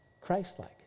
Christ-like